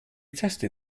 tested